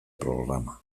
programa